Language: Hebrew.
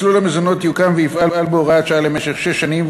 מסלול המזונות יוקם ויפעל בהוראת שעה במשך שש שנים,